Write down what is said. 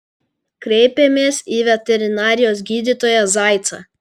kreipėmės į veterinarijos gydytoją zaicą